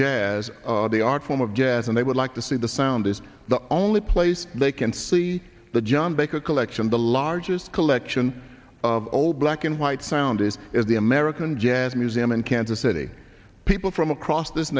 jazz the art form of jazz and they would like to see the sound is the only place they can see the john baker collection the largest collection of old black and white sound it is the american jazz museum in kansas city people from across this